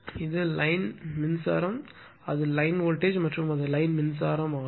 இது லைன் மின்சாரம் அது லைன் வோல்டேஜ் மற்றும் அது லைன் மின்சாரமாகும்